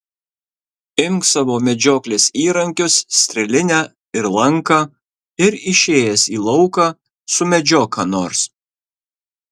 imk savo medžioklės įrankius strėlinę ir lanką ir išėjęs į lauką sumedžiok ką nors